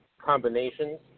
combinations